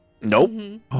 Nope